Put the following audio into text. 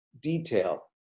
detail